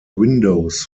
windows